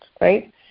right